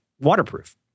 waterproof